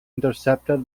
intercepted